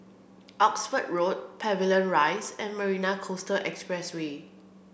Oxford Road Pavilion Rise and Marina Coastal Expressway